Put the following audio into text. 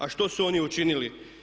A što su oni učinili.